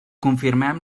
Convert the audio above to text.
confirmem